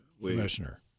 Commissioner